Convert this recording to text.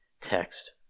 text